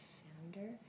founder